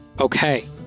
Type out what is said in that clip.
Okay